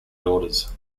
daughters